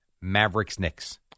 Mavericks-Knicks